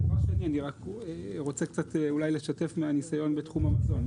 שנית, אני רוצה לשתף מהניסיון בתחום המזון.